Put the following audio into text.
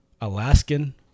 Alaskan